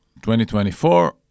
2024